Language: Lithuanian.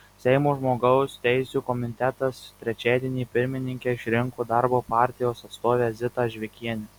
seimo žmogaus teisių komitetas trečiadienį pirmininke išrinko darbo partijos atstovę zitą žvikienę